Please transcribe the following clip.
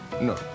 no